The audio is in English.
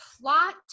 plot